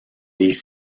les